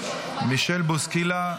ומישל בוסקילה,